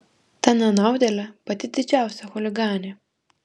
ta nenaudėlė pati didžiausia chuliganė